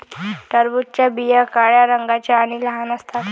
टरबूजाच्या बिया काळ्या रंगाच्या आणि लहान असतात